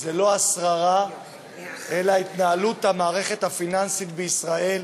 זה לא השררה אלא התנהלות המערכת הפיננסית בישראל,